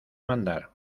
mandar